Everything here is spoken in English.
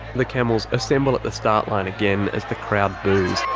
the camels assemble at the start line again, as the crowd boos.